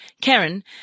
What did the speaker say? Karen